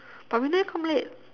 but we never come late